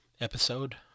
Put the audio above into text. episode